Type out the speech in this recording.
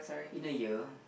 in a year